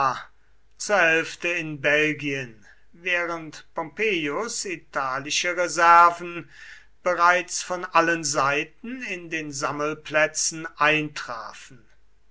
zur hälfte in belgien während pompeius italische reserven bereits von allen seiten in den sammelplätzen eintrafen